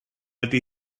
ydy